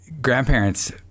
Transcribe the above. grandparents